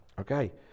Okay